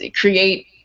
create